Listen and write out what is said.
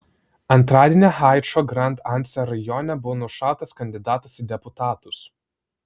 antradienį haičio grand anse rajone buvo nušautas kandidatas į deputatus